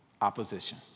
Opposition